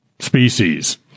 species